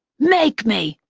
make me,